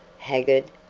haggard,